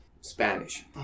Spanish